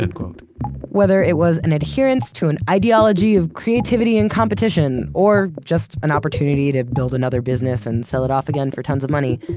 whether it was an adherence to an ideology of creativity in competition, or just an opportunity to build another business and sell it off again for tons of money,